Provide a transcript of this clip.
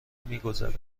میگذرد